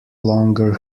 longer